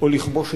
נא להוציא אותו.